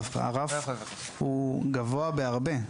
הרף הוא גבוה בהרבה.